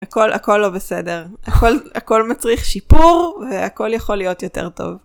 הכל, הכל לא בסדר. הכל, הכל מצריך שיפור, והכל יכול להיות יותר טוב.